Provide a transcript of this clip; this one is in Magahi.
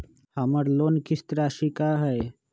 हमर लोन किस्त राशि का हई?